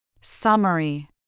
Summary